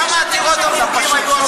כמה עתירות על חוקים היו?